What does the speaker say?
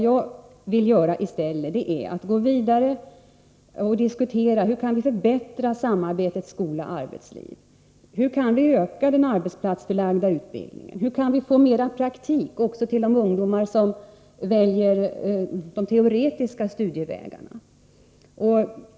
Jag vill i stället gå vidare och diskutera: Hur kan vi förbättra samarbetet skola-arbetsliv? Hur kan vi öka den arbetsplatsförlagda utbildningen? Hur kan vi få mer praktik också till de ungdomar som väljer de teoretiska studievägarna?